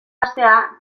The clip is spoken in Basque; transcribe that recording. hastea